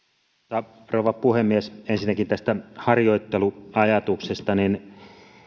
arvoisa rouva puhemies ensinnäkin tästä harjoitteluajatuksesta